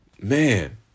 Man